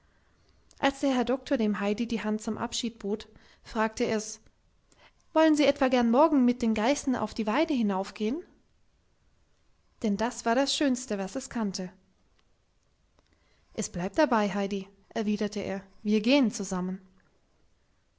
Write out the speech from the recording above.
als der herr doktor dem heidi die hand zum abschied bot fragte es wollen sie etwa gern morgen mit den geißen auf die weide hinaufgehen denn das war das schönste was es kannte es bleibt dabei heidi erwiderte er wir gehen zusammen